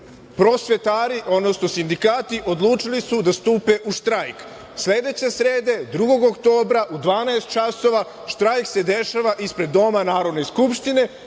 prosvetari, odnosno sindikati odlučili su da stupe u štrajk. Sledeće srede, 2. oktobra u 12.00 časova štrajk se dešava ispred doma Narodne skupštine,